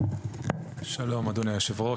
שלום אדוני היו"ר.